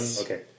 Okay